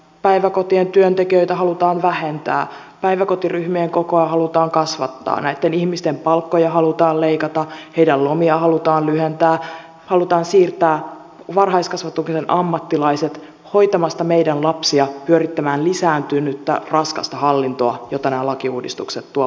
päiväkotien työntekijöitä halutaan vähentää päiväkotiryhmien kokoja halutaan kasvattaa näitten ihmisten palkkoja halutaan leikata heidän lomiaan halutaan lyhentää halutaan siirtää varhaiskasvatuksen ammattilaiset hoitamasta meidän lapsia pyörittämään lisääntynyttä raskasta hallintoa jota nämä lakiuudistukset tuovat mukanaan